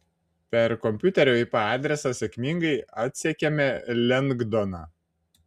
per kompiuterio ip adresą sėkmingai atsekėme lengdoną